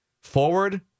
forward